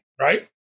right